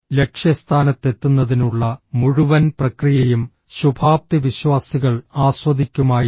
ലക്ഷ്യസ്ഥാനത്തെത്തുന്നതിനുള്ള മുഴുവൻ പ്രക്രിയയും ശുഭാപ്തിവിശ്വാസികൾ ആസ്വദിക്കുമായിരുന്നു